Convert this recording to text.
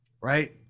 right